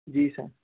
जी साईं